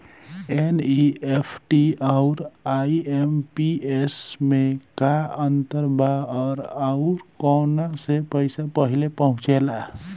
NEFT आउर IMPS मे का अंतर बा और आउर कौना से पैसा पहिले पहुंचेला?